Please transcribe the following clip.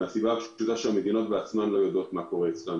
מהסיבה הפשוטה שהמדינות בעצמן לא יודעות מה קורה אצלן,